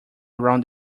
around